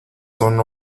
son